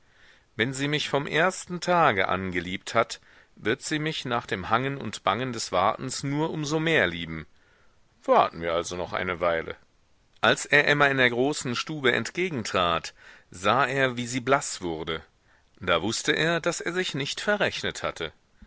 wenn sie mich vom ersten tage an geliebt hat wird sie mich nach dem hangen und bangen des wartens nur um so mehr lieben warten wir also noch eine weile als er emma in der großen stube entgegentrat sah er wie sie blaß wurde da wußte er daß er sich nicht verrechnet hatte